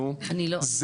אני לא מכירה את זה.